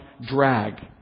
drag